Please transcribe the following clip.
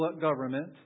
government